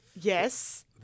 Yes